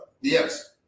Yes